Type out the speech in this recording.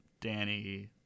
Danny –